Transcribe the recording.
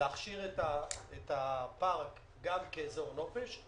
להכשיר את הפארק כאזור נופש,